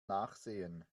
nachsehen